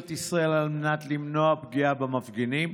ישראל על מנת למנוע פגיעה במפגינים?